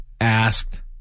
asked